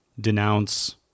denounce